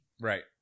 Right